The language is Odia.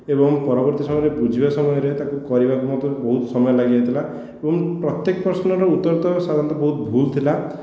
ଏବଂ ପରବର୍ତ୍ତୀ ସମୟରେ ବୁଝିବା ସମୟରେ ତାକୁ କରିବାକୁ ମଧ୍ୟ ବହୁତ ସମୟ ଲାଗିଯାଇଥିଲା ଏବଂ ପ୍ରତ୍ୟେକ ପ୍ରଶ୍ନର ଉତ୍ତର ତ ସାଧାରଣତଃ ବହୁତ ଭୁଲ ଥିଲା